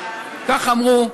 כך אמרו.